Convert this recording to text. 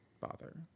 bother